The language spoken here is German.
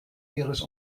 ihres